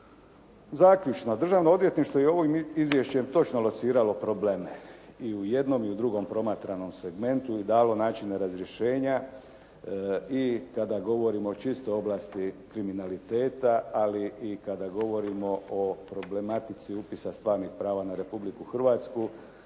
Zaključno. Državno odvjetništvo je ovim izvješćem točno lociralo probleme i u jednom i u drugom promatranom segmentu i dalo načine razrješenja i kada govorimo o čistoj oblasti kriminaliteta, ali i kada govorimo o problematici upisa stvarnih prava na Republiku Hrvatsku